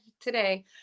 today